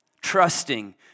trusting